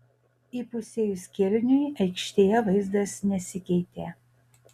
įpusėjus kėliniui aikštėje vaizdas nesikeitė